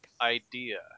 idea